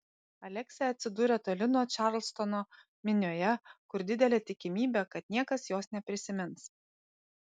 aleksė atsidūrė toli nuo čarlstono minioje kur didelė tikimybė kad niekas jos neprisimins